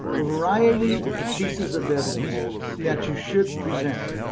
a variety of pieces of evidence that you should present.